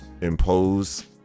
impose